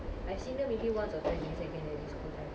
which [one] ah oh is it like my english teacher